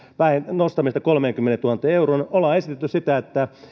nostamista kolmeenkymmeneentuhanteen euroon olemme esittäneet sitä että